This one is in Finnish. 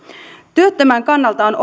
työttömän kannalta on